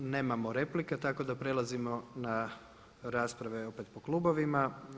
Nemamo replika, tako da prelazimo na rasprave opet po klubovima.